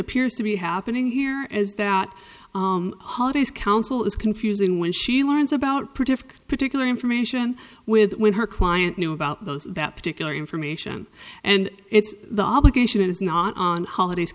appears to be happening here is that holidays counsel is confusing when she learns about predict particular information with when her client knew about those that particular information and it's the obligation is not on holidays